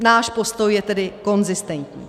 Náš postoj je tedy konzistentní.